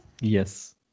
Yes